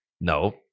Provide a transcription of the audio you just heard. No